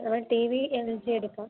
അപ്പം T V L ജിയെടുക്കാം